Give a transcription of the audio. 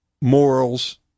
morals